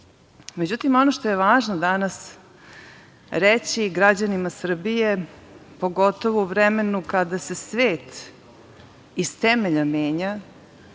govorilo.Međutim, ono što je važno danas reći građanima Srbije, pogotovo u vremenu kada se svet iz temelja menja,